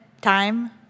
time